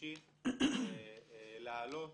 ממשיך לעלות.